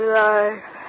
life